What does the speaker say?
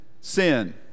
sin